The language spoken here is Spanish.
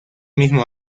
mismo